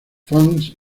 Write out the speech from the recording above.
fans